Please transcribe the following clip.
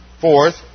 Fourth